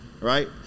right